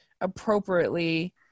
appropriately